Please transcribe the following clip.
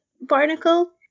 barnacle